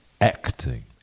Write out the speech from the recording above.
acting